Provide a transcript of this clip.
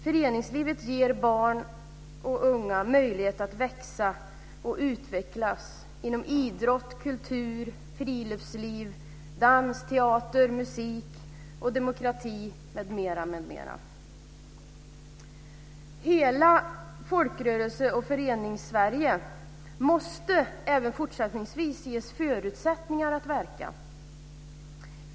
Föreningslivet ger barn och unga möjlighet att växa och utvecklas inom idrott, kultur, friluftsliv, dans, teater, musik, demokrati, m.m. Hela Folkrörelse och Förenings-Sverige måste även fortsättningsvis ges förutsättningar att verka.